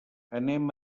anem